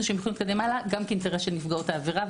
שיכולים להתקדם הלאה גם כאינטרס של נפגעות העבירה.